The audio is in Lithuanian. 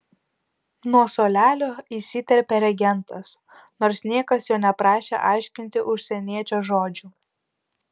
nuo suolelio įsiterpė regentas nors niekas jo neprašė aiškinti užsieniečio žodžių